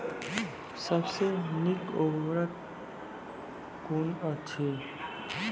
सबसे नीक उर्वरक कून अछि?